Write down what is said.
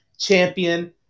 Champion